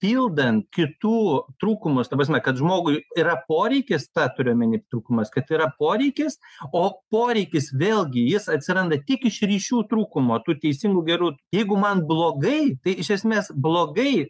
pildant kitų trūkumus ta prasme kad žmogui yra poreikis tą turiu omeny trūkumas kad yra poreikis o poreikis vėlgi jis atsiranda tik iš ryšių trūkumo tų teisingų gerų jeigu man blogai tai iš esmės blogai